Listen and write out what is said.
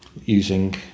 using